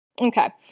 Okay